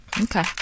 Okay